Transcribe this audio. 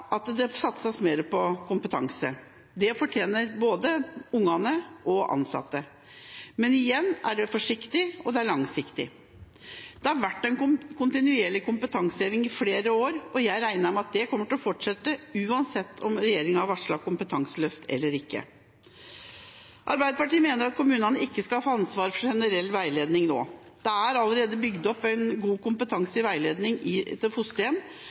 at det satses mer på kompetanse. Det fortjener både ungene og de ansatte. Men igjen er dette forsiktig og langsiktig. Det har vært en kontinuerlig kompetanseheving i flere år, og jeg regner med at det kommer til å fortsette, uansett om regjeringa har varslet kompetanseløft eller ikke. Arbeiderpartiet mener at kommunene ikke skal få ansvaret for generell veiledning nå. Det er allerede bygd opp god kompetanse i veiledning til fosterhjem,